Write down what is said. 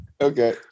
okay